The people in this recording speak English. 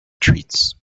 treats